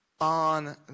On